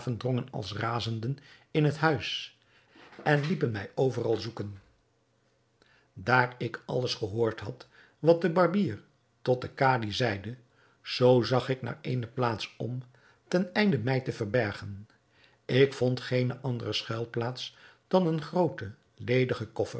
drongen als razenden in het huis en liepen mij overal zoeken daar ik alles gehoord had wat de barbier tot den kadi zeide zoo zag ik naar eene plaats om ten einde mij te verbergen ik vond geene andere schuilplaats dan een grooten ledigen koffer